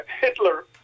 Hitler